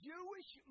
Jewish